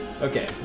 Okay